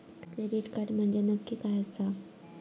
Credit card म्हंजे नक्की काय आसा?